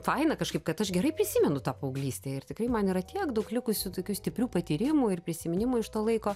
faina kažkaip kad aš gerai prisimenu tą paauglystę ir tikrai man yra tiek daug likusių tokių stiprių patyrimų ir prisiminimų iš to laiko